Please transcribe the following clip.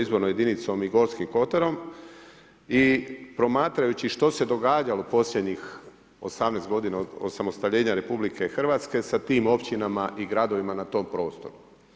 Izbornom jedinicom i Gorskim kotarom i promatrajući što se događalo posljednjih 18 g. od osamostaljenja RH sa tim općinama i gradovima na tom prostoru.